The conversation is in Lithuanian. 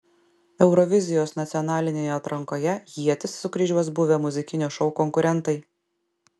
eurovizijos nacionalinėje atrankoje ietis sukryžiuos buvę muzikinio šou konkurentai